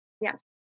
Yes